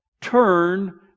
turn